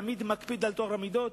שתמיד מקפיד על טוהר המידות?